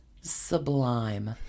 sublime